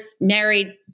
married